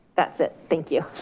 that's it, thank you.